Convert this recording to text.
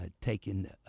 taken